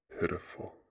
pitiful